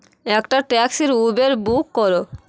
একটা ট্যাক্সির Uber book করো